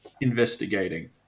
investigating